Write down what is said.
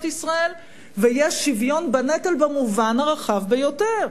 ישראל ויש שוויון בנטל במובן הרחב ביותר,